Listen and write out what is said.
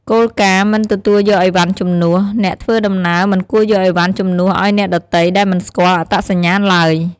គោលការណ៍ "មិនទទួលយកអីវ៉ាន់ជំនួស" អ្នកធ្វើដំណើរមិនគួរយកអីវ៉ាន់ជំនួសឱ្យអ្នកដទៃដែលមិនស្គាល់អត្តសញ្ញាណឡើយ។